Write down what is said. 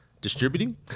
distributing